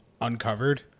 uncovered